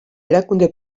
erakunde